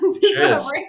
Cheers